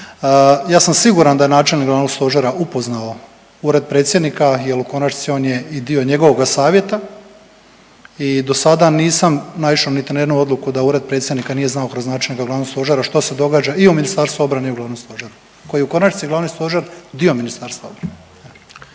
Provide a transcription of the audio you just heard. Ja sam siguran da je načelnik glavnog stožera upoznao Ured predsjednika jer u konačnici on je dio i njegovoga savjeta i dosada nisam naišao niti na jednu odluku da Ured predsjednika nije znao kroz načelnika glavnog stožera što se događa i u Ministarstvu obrane i u glavnom stožeru koji je u konačnici glavni stožer dio Ministarstva obrane.